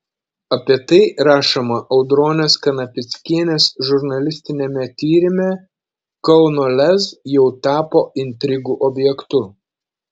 apie tai rašoma audronės kanapickienės žurnalistiniame tyrime kauno lez jau tapo intrigų objektu